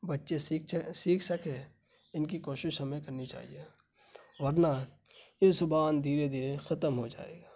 بچے سیکھ سیکھ سکیں ان کی کوشش ہمیں کرنی چاہیے ورنہ یہ زبان دھیرے دھیرے ختم ہو جائے گا